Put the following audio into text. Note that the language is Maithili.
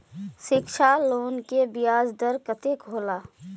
शिक्षा लोन के ब्याज दर कतेक हौला?